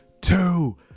two